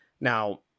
Now